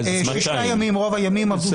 אז 200. רוב הימים עבדו שישה ימים.